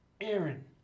Aaron